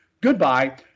Goodbye